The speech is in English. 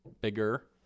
bigger